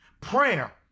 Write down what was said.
prayer